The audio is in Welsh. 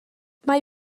mae